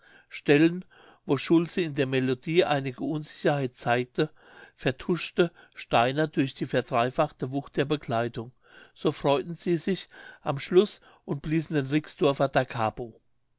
stellen wo schulze in der melodie einige unsicherheit zeigte vertuschte steiner durch die verdreifachte wucht der begleitung so freuten sie sich am schluß und bliesen den rixdorfer da